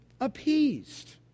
appeased